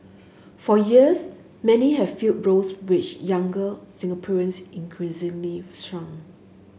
for years many have filled roles which younger Singaporeans increasingly shun